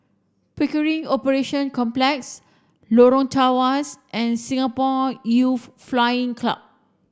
Pickering Operation Complex Lorong Tawas and Singapore Youth Flying Club